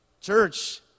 Church